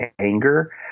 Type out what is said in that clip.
anger